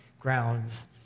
grounds